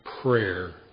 prayer